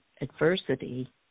adversity